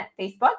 Facebook